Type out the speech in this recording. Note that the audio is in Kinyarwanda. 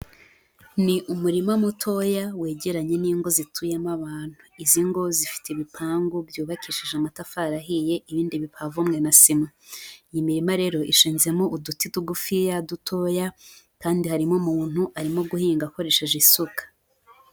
Ni umurima mutoya wegeranye n'ingo zituyemo abantu, izi ngo zifite ibipangu byubakishije amatafari ahiye ibindi bipavomwe na sima, iyi mirima rero ishinzemo uduti tugufiya, dutoya kandi harimo umuntu arimo guhinga akoresheje isuka.